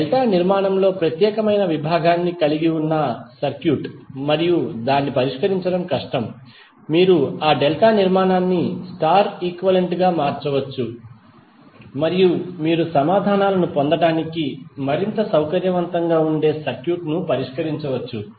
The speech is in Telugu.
డెల్టా నిర్మాణంలో ప్రత్యేకమైన విభాగాన్ని కలిగి ఉన్న సర్క్యూట్ మరియు దాన్ని పరిష్కరించడం కష్టం మీరు ఆ డెల్టా నిర్మాణాన్ని స్టార్ ఈక్వలెంట్ గా మార్చవచ్చు మరియు మీరు సమాధానాలను పొందడానికి మరింత సౌకర్యవంతంగా ఉండే సర్క్యూట్ను పరిష్కరించవచ్చు